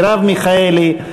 מרב מיכאלי,